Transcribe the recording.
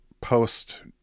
post